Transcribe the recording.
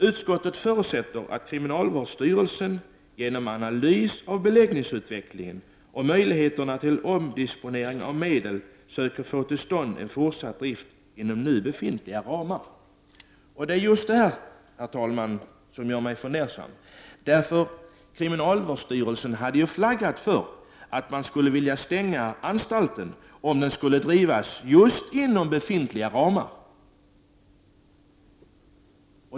Utskottet förutsätter att kriminalvårdsstyrelsen genom analys av beläggningsutvecklingen och möjligheterna till omdisponering av medel söker få till stånd en fortsatt drift inom befintliga ramar.” Det är just det, herr talman, som gör mig fundersam. Kriminalvårdsstyrelsen har ju flaggat för att den skulle vilja stänga anstalten, just om denna skulle drivas inom befintliga ramar.